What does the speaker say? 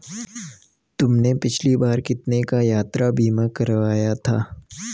तुमने पिछली बार कितने का यात्रा बीमा करवाया था?